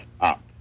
up